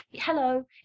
hello